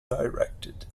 directed